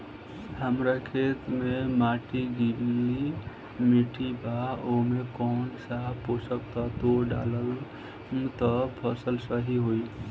हमार खेत के माटी गीली मिट्टी बा ओमे कौन सा पोशक तत्व डालम त फसल सही होई?